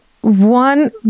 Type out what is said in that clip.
one